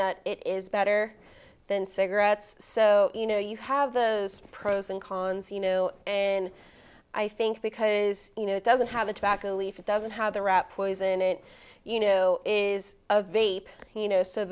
that it is better than cigarettes so you know you have the pros and cons you know and i think because you know it doesn't have a tobacco leaf it doesn't have the rat poison it you know is a very you know so